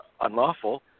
Unlawful